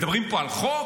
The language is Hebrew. מדברים פה על חוק?